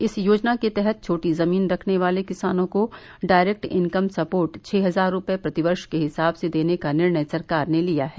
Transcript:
इस योजना के तहत छोटी जमीन रखने वाले किसानों को डायरेक्ट इनकम सपोर्ट छह हजार रुपये प्रति वर्ष के हिसाब से देने का निर्णय सरकार ने लिया है